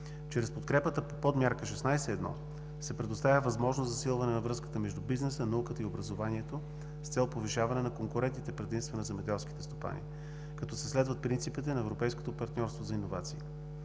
Чрез подкрепата по подмярка 16.1 се предоставя възможност за засилване на връзката между бизнеса, науката и образованието, с цел повишаване на конкурентните предимства на земеделските стопани, като се следват принципите на европейското партньорство за иновации,